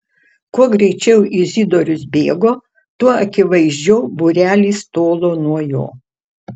kuo greičiau izidorius bėgo tuo akivaizdžiau būrelis tolo nuo jo